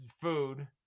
food